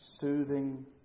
soothing